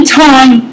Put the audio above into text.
time